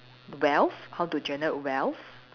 wealth how to generate wealth